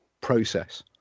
process